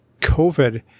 COVID